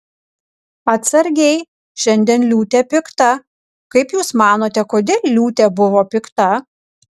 atsargiai šiandien liūtė pikta kaip jūs manote kodėl liūtė buvo pikta